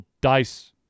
dice